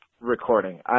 recording